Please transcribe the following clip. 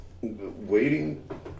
Waiting